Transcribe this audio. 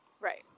Right